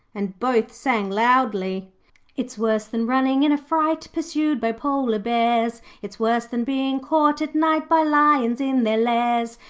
and both sang loudly it's worse than running in a fright, pursued by polar bears it's worse than being caught at night by lions in their lairs.